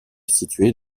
située